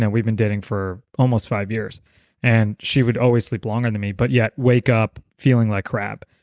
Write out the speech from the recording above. and we've been dating for almost five years and she would always sleep longer than me but yet wake up feeling like crap,